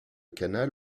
canal